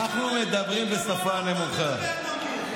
אנחנו מדברים בשפה נמוכה.